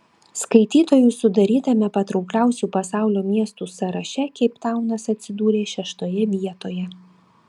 skaitytojų sudarytame patraukliausių pasaulio miestų sąraše keiptaunas atsidūrė šeštoje vietoje